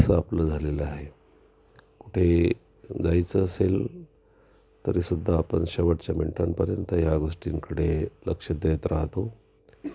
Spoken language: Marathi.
असं आपलं झालेलं आहे कुठे जायचं असेल तरीसुद्धा आपण शेवटच्या मिनटांपर्यंत या गोष्टींकडे लक्ष देत राहतो